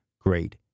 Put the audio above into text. great